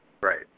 Right